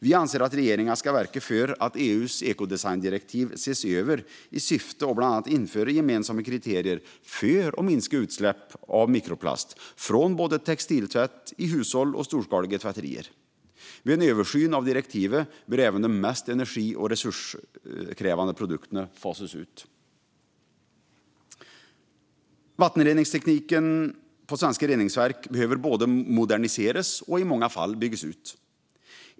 Vi anser att regeringen ska verka för att EU:s ekodesigndirektiv ses över i syfte att bland annat införa gemensamma kriterier för att minska utsläppen av mikroplaster från både textiltvätt i hushåll och storskaliga tvätterier. Vid en översyn av direktivet bör även de mest energi och resurskrävande produkterna fasas ut. Vattenreningstekniken på svenska reningsverk behöver både moderniseras och i många fall byggas ut.